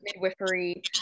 midwifery